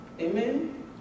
Amen